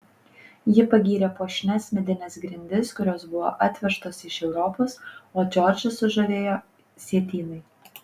ji pagyrė puošnias medines grindis kurios buvo atvežtos iš europos o džordžą sužavėjo sietynai